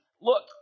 look